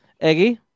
Eggie